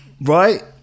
Right